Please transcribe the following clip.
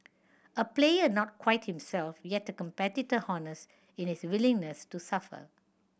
a player not quite himself yet a competitor honest in his willingness to suffer